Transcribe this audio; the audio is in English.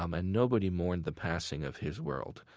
um ah nobody mourned the passing of his world,